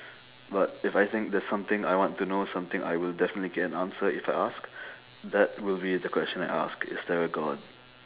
but if I think there's something I want to know something I will definitely get an answer if I ask that will be the question I ask is there a god